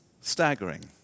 staggering